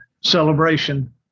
celebration